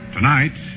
Tonight